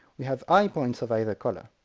we have i points of either colour,